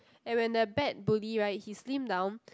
and when the bad bully right he slim down